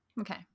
Okay